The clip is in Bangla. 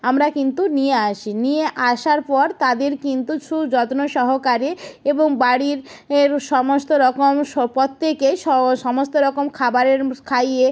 আমরা কিন্তু নিয়ে আসি নিয়ে আসার পর তাদের কিন্তু সুযত্ন সহকারে এবং বাড়ির এর সমস্ত রকম স প্রত্যেকেই স সমস্ত রকম খাবারের খাইয়ে